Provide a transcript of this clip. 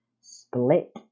split